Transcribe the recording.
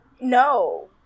No